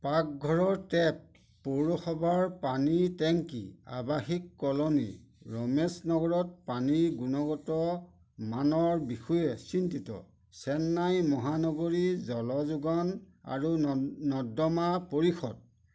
পাকঘৰৰ টেপ পৌৰসভাৰ পানীৰ টেংকী আৱাসিক কলনী ৰমেশ নগৰত পানীৰ গুণগত মানৰ বিষয়ে চিন্তিত চেন্নাই মহানগৰী জল যোগান আৰু নৰ্দমা পৰিষদ